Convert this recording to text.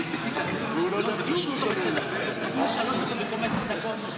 לא בסדר, נתנו לי שלוש דקות במקום עשר דקות.